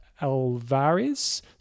Alvarez